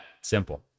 simple